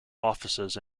offices